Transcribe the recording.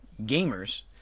gamers